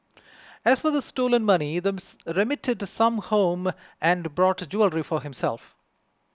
as for the stolen money remitted some home and bought jewellery for herself